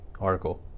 Article